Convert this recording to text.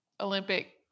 Olympic